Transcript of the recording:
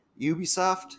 Ubisoft